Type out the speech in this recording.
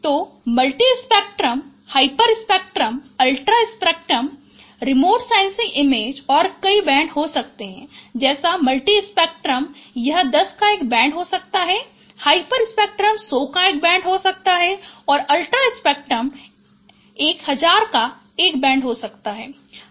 तो multispectral hyperspectral ultraspectral remote sensing image और कई बैंड हो सकते हैं जैसे मल्टी स्पेक्ट्रल यह 10 का एक बैंड हो सकता है हाइपरस्पेक्ट्रल यह 100 का एक बैंड हो सकता है अल्ट्रा स्पेक्ट्रल यह 1000 का एक बैंड हो सकता है